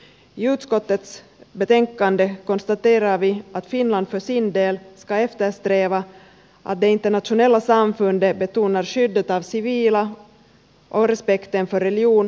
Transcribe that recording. i utskottets betänkande konstaterar vi att finland för sin del ska eftersträva att det internationella samfundet betonar skyddet av civila och respekten för religion och kulturer